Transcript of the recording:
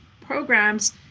programs